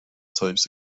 types